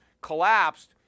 collapsed